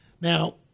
now